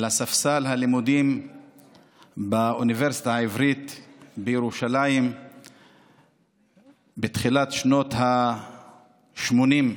לספסל הלימודים באוניברסיטה העברית בירושלים בתחילת שנות השמונים,